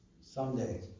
Someday